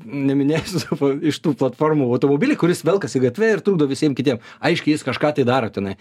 neminėsiu tipo iš tų platformų automobilį kuris velkasi gatve ir trukdo visiem kitiem aiškiai jis kažką tai daro tenai